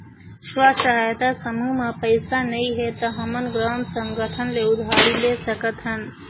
स्व सहायता समूह म पइसा नइ हे त हमन ग्राम संगठन ले उधारी ले सकत हन